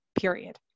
period